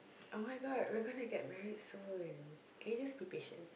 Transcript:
oh-my-god we're gonna get married soon can you just be patient